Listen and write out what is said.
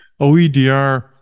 OEDR